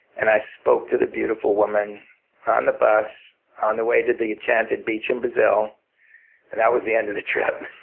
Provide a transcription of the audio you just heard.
and i spoke to the beautiful woman on the bus on the way to the enchanted beach in brazil, and that was the end of the trip.